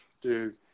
dude